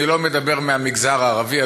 אני לא מדבר מהמגזר הערבי,